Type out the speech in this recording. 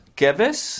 kevis